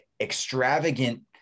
extravagant